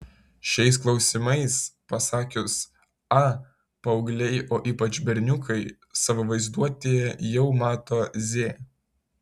šiais klausimais pasakius a paaugliai o ypač berniukai savo vaizduotėje jau mato z